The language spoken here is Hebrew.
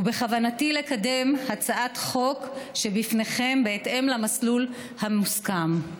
ובכוונתי לקדם את הצעת החוק שבפניכם בהתאם למסלול המוסכם.